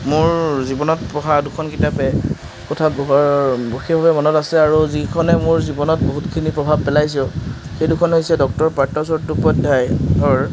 মোৰ জীৱনত পঢ়া দুখন কিতাপে কথাত সেইবাবে মনত আছে আৰু যিখনে মোৰ জীৱনত বহুতখিনি প্ৰভাৱ পেলাইছেও সেই দুখন হৈছে ডক্তৰ পাৰ্ট চট্টোপাধ্য়ায়ৰ